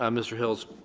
um mr. hills.